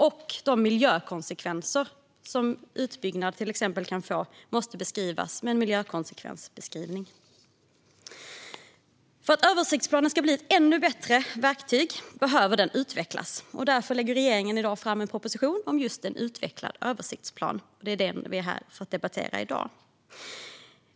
Och de miljökonsekvenser som till exempel utbyggnad kan leda till måste beskrivas i en miljökonsekvensbeskrivning. För att bli ett ännu bättre verktyg behöver översiktsplanen utvecklas. Därför lägger regeringen i dag fram en proposition om just en utvecklad översiktsplan. Det är den vi är här för att debattera i dag.